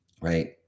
Right